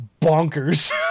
bonkers